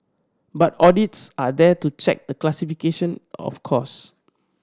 but audits are there to check the classification of cost